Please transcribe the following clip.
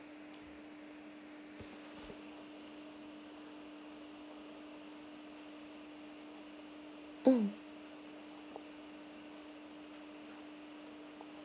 mm